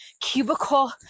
cubicle